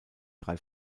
drei